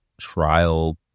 trial